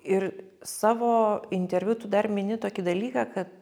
ir savo interviu tu dar mini tokį dalyką kad